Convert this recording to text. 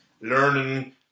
Learning